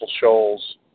Shoals